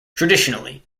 traditionally